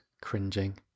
cringing